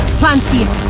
plan c it